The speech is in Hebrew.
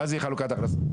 ואז תהיה חלוקת הכנסות.